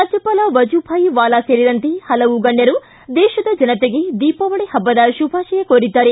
ರಾಜ್ಯಪಾಲ ವಜುಭಾಯ್ ವಾಲಾ ಸೇರಿದಂತೆ ಹಲವು ಗಣ್ಯರು ದೇಶದ ಜನತೆಗೆ ದೀಪಾವಳಿ ಹಬ್ಬದ ಶುಭಾಶಯ ಕೋರಿದ್ದಾರೆ